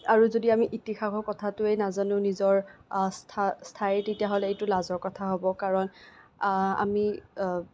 আৰু যদি আমি ইতিহাসৰ কথাটোৱেই নাজানো নিজৰ স্থায়ী তেতিয়াহ'লে এইটো লাজৰ কথা হ'ব কাৰণ আমি